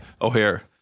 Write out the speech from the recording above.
O'Hare